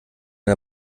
der